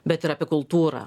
bet ir apie kultūrą